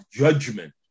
judgment